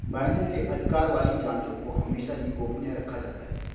बैंकों के अधिकार वाली जांचों को हमेशा ही गोपनीय रखा जाता है